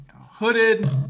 Hooded